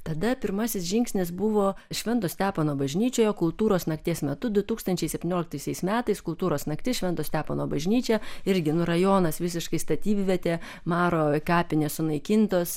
tada pirmasis žingsnis buvo švento stepono bažnyčioje kultūros nakties metu du tūkstančiai septynioliktaisiais metais kultūros naktis švento stepono bažnyčia irgi nu rajonas visiškai statybvietė maro kapinės sunaikintos